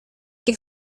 que